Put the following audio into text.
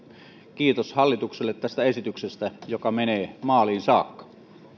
kiitos hallitukselle tästä esityksestä joka menee maaliin saakka